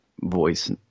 voice